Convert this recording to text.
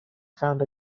found